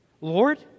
Lord